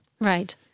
Right